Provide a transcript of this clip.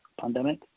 pandemic